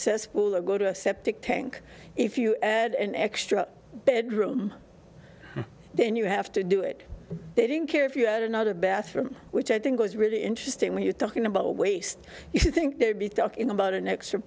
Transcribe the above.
cesspool or go to a septic tank if you add an extra bedroom then you have to do it they didn't care if you add another bathroom which i think is really interesting when you're talking about waste you'd think they'd be talking about an ex